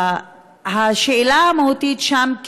השאלה המהותית שם,